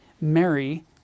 Mary